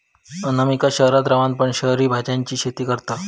अनामिका शहरात रवान पण शहरी भाज्यांची शेती करता